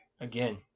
again